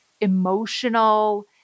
emotional